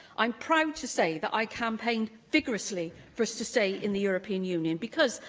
i'm proud to say that i campaigned vigorously for us to stay in the european union because,